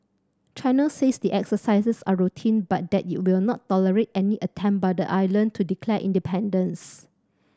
China says the exercises are routine but that it will not tolerate any attempt by the island to declare independence